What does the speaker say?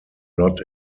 not